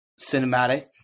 cinematic